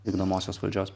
vykdomosios valdžios